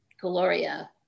Gloria